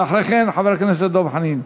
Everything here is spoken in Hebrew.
ואחרי כן, חבר הכנסת דב חנין.